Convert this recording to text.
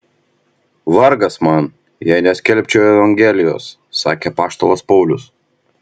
vargas man jei neskelbčiau evangelijos sakė apaštalas paulius